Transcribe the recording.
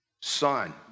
son